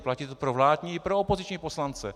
Platí to pro vládní i pro opoziční poslance.